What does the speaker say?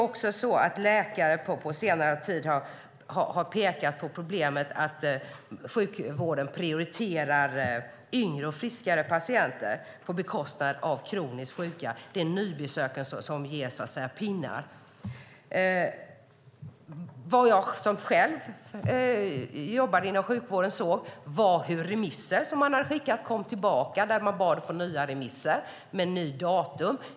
Läkare har på senare tid pekat på problemet med att sjukvården prioriterar yngre och friskare patienter på bekostnad av kroniskt sjuka. Det är nybesöken som, så att säga, ger pinnar. Jag, som själv jobbade inom sjukvården, såg hur remisser som hade skickats kom tillbaka. Man bad om att få nya remisser med nya datum.